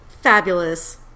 Fabulous